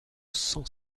cent